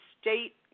state